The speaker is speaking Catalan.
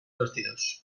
vestidors